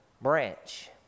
branch